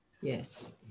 Yes